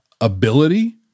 ability